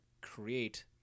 create